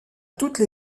toutes